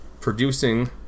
producing